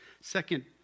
second